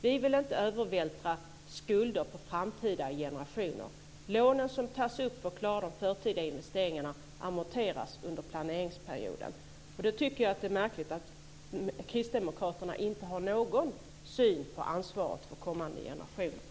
Vi vill inte övervältra skulder på framtida generationer. Lånen som tas upp för att klara de förtida investeringarna amorteras under planeringsperioden. Jag tycker att det är märkligt att Kristdemokraterna inte har någon syn på ansvaret för kommande generationer.